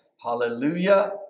hallelujah